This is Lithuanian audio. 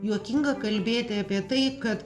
juokinga kalbėti apie tai kad